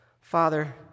Father